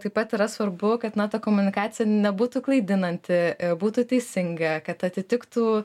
taip pat yra svarbu kad na ta komunikacija nebūtų klaidinanti būtų teisinga kad atitiktų